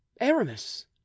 aramis